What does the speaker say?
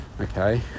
okay